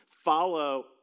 Follow